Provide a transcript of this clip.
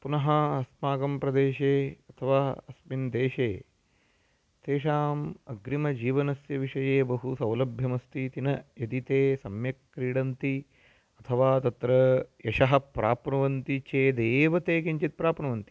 पुनः अस्माकं प्रदेशे अथवा अस्मिन् देशे तेषाम् अग्रिमजीवनस्य विषये बहु सौलभ्यमस्तीति न यदि ते सम्यक् क्रीडन्ति अथवा तत्र यशः प्राप्नुवन्ति चेदेव ते किञ्चित् प्राप्नुवन्ति